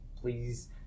please